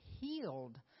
healed